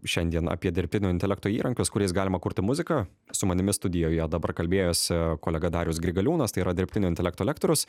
šiandien apie dirbtinio intelekto įrankius kuriais galima kurti muziką su manimi studijoje dabar kalbėjosi kolega darius grigaliūnas tai yra dirbtinio intelekto lektorius